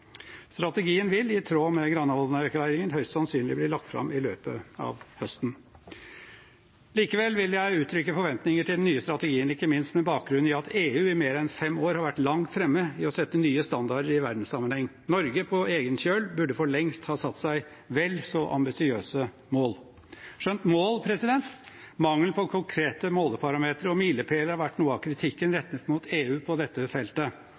Strategien vil, i tråd med Granavolden-erklæringen, høyst sannsynlig bli lagt fram i løpet av høsten. Likevel vil jeg uttrykke forventninger til den nye strategien, ikke minst med bakgrunn i at EU i mer enn fem år har vært langt fremme i å sette nye standarder i verdenssammenheng. Norge, på egen kjøl, burde for lengst ha satt seg vel så ambisiøse mål. Skjønt mål – mangelen på konkrete måleparametere og milepæler har vært noe av kritikken rettet mot EU på dette feltet.